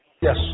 Yes